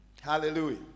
Hallelujah